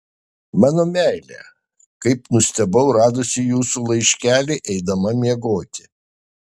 mano meile kaip nustebau radusi jūsų laiškelį eidama miegoti